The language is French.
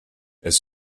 elles